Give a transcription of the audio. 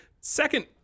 Second